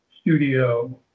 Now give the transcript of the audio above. studio